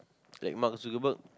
like Mark-Zuckerberg